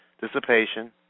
dissipation